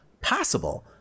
possible